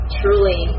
truly